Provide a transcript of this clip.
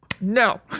no